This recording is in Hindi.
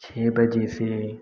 छः बजे से